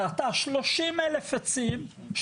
כרתה 30,000 עצים,